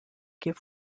give